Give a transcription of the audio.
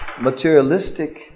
Materialistic